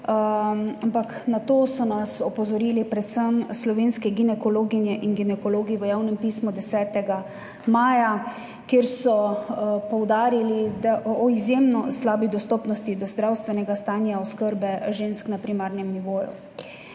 delo. Na to so nas opozorili predvsem slovenske ginekologinje in ginekologi v javnem pismu 10. maja, kjer so poudarili izjemno slabo dostopnost do zdravstvene oskrbe žensk na primarnem nivoju.